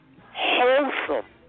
wholesome